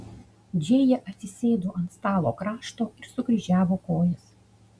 džėja atsisėdo ant stalo krašto ir sukryžiavo kojas